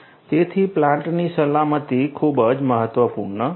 તેથી પ્લાન્ટની સલામતી ખૂબ જ મહત્વપૂર્ણ છે